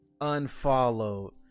unfollowed